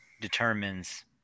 determines